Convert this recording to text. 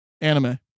anime